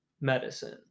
medicine